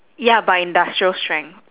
ya but industrial strength